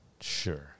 Sure